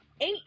eight